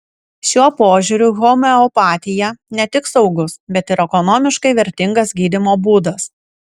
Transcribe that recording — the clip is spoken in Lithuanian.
šiuo požiūriu homeopatija ne tik saugus bet ir ekonomiškai vertingas gydymo būdas